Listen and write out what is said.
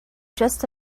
just